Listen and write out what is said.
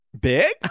big